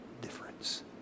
difference